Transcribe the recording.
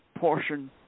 portion